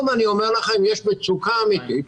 יש מצוקה אמיתית,